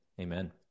Amen